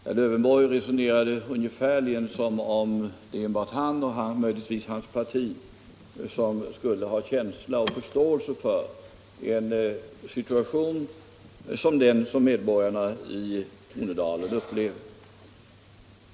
Herr Lövenborg resonerade ungefär som om det bara är han och möjligtvis hans parti som har känsla och förståelse för den situation som medborgarna i Tornedalen upplever.